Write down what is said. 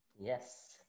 Yes